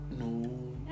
no